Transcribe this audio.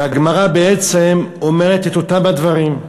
והגמרא אומרת את אותם הדברים.